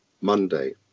Monday